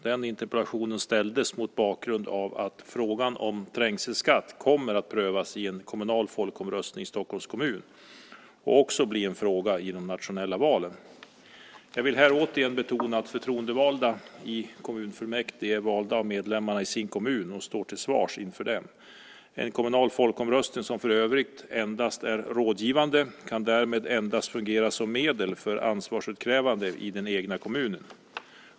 Den interpellationen ställdes mot bakgrund av att frågan om trängselskatt kommer att prövas i en kommunal folkomröstning i Stockholms kommun och också bli en fråga i de nationella valen. Jag vill här återigen betona att förtroendevalda i kommunfullmäktige är valda av medlemmarna i sin kommun och står till svars inför dem. En kommunal folkomröstning, som för övrigt endast är rådgivande, kan därmed endast fungera som medel för ansvarsutkrävande i den egna kommunen.